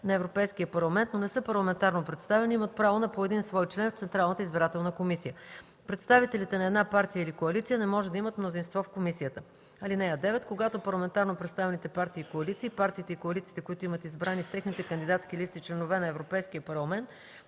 на Европейския парламент, но не са парламентарно представени, имат право на по един свой член в Централната избирателна комисия. Представителите на една партия или коалиция не може да имат мнозинство в комисията. (9) Когато парламентарно представените партии и коалиции и партиите и коалициите, които имат избрани с техните кандидатски листи членове на Европейския парламент,